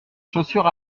chaussures